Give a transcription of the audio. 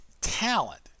talent